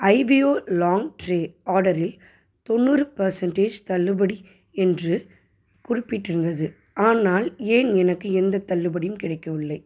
ஐவியோ long tray ஆர்டரில் தொண்ணூறு percentage தள்ளுபடி என்று குறிப்பிட்ருந்தது ஆனால் ஏன் எனக்கு எந்தத் தள்ளுபடியும் கிடைக்கவில்லை